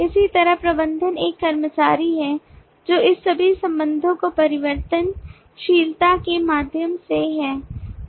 इसी तरह प्रबंधक एक कर्मचारी है जो इस सभी संबंधों की परिवर्तनशीलता के माध्यम से है